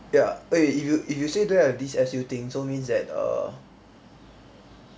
ya eh if you if you say don't have this S_U thing so means that err